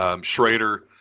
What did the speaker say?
Schrader